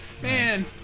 Man